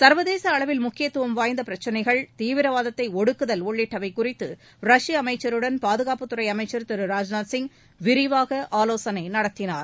சர்வதேச அளவில் முக்கியத்துவம் வாய்ந்த பிரச்சினைகள் தீவிரவாதத்தை ஒடுக்குதல் உள்ளிட்டவை குறித்து ரஷ்ப அமைச்சருடன் பாதுகாப்புத்துறை அமைச்சர் திரு ராஜ்நூத் சிங் விரிவாக ஆவோசனை நடத்தினார்